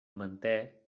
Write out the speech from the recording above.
manté